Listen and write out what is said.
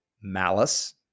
malice